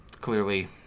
Clearly